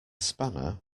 spanner